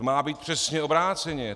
To má být přesně obráceně.